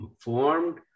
formed